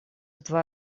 два